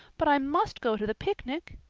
but i must go to the picnic.